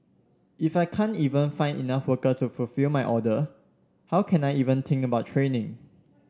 if I can't even find enough workers to fulfil my order how can I even think about training